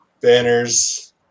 Banners